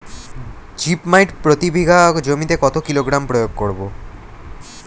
Zip মাইট প্রতি বিঘা জমিতে কত কিলোগ্রাম প্রয়োগ করব?